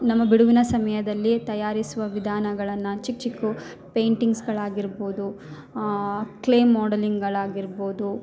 ನಮ್ಮ ಬಿಡುವಿನ ಸಮಯದಲ್ಲಿ ತಯಾರಿಸುವ ವಿಧಾನಗಳನ್ನ ಚಿಕ್ಕ ಚಿಕ್ಕ ಪೇಂಟಿಂಗ್ಸ್ಗಳ್ ಆಗಿರ್ಬೋದು ಕ್ಲೆ ಮೋಡಲಿಂಗ್ಗಳು ಆಗಿರ್ಬೋದು